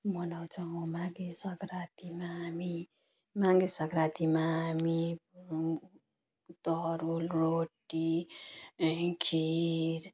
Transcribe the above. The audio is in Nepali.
मनाउँछौँ माघे सङ्क्रान्तिमा हामी माघे सङ्क्रान्तिमा हामी तरुल रोटी खिर